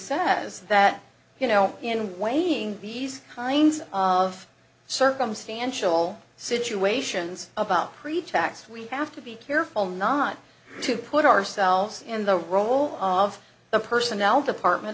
says that you know in weighing these kinds of circumstantial situations about pretax we have to be careful not to put ourselves in the role of the personnel department